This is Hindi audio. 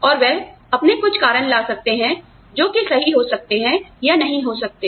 और वह अपने कुछ कारण ला सकते हैं जो कि सही हो सकते हैं या नहीं हो सकते